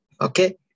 Okay